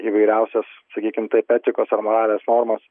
įvairiausias sakykim taip etikos ar moralės normas